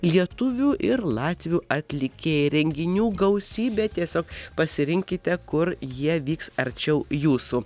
lietuvių ir latvių atlikėjai renginių gausybė tiesiog pasirinkite kur jie vyks arčiau jūsų